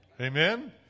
amen